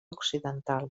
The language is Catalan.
occidental